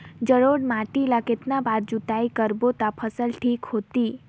जलोढ़ माटी ला कतना बार जुताई करबो ता फसल ठीक होती?